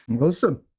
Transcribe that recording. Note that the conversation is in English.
Awesome